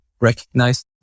recognize